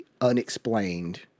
unexplained